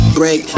break